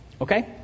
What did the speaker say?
Okay